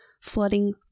flooding